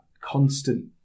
constant